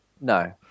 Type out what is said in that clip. No